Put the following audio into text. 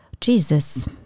Jesus